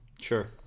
Sure